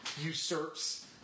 usurps